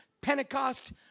Pentecost